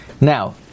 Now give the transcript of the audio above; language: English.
Now